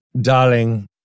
Darling